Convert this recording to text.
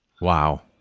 Wow